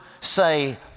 say